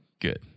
Good